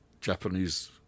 Japanese